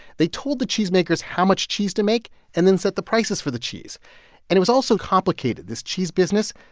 they told the cheesemakers how much cheese to make and then set the prices for the cheese and it was all so complicated, this cheese business,